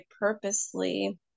purposely